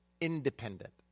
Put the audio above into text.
independent